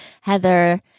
Heather